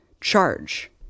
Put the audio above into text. charge